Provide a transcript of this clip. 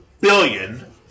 billion